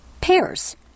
Pears